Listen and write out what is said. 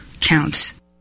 counts